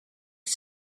het